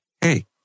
hey